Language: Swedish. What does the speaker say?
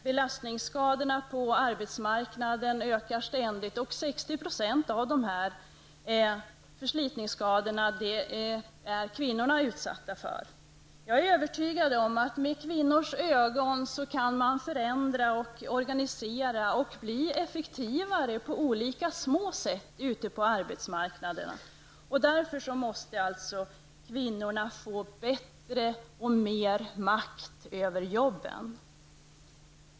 Belastningsskadorna på arbetsmarknaden ökar ständigt, och kvinnorna är utsatta för 60 % av förslitningsskadorna. Jag är övertygad om att med kvinnors ögon kan man förändra, organisera och bli effektivare när det gäller olika detaljer ute på arbetsmarknaden. Kvinnorna måste därför få bättre och mer makt över jobben.